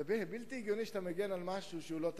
זה בלתי הגיוני שאתה מגן על משהו שהוא לא תקין.